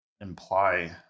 imply